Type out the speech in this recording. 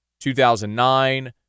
2009